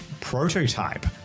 prototype